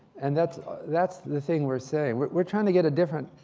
and that's that's the thing we're saying. we're trying to get a different,